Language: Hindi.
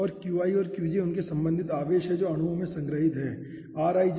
और qi और qj उनके संबंधित आवेश है जो अणुओं में संग्रहित हैं ठीक है